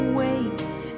wait